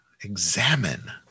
examine